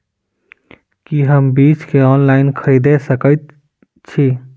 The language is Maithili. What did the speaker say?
की हम बीज केँ ऑनलाइन खरीदै सकैत छी?